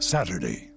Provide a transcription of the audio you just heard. Saturday